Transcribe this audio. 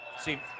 See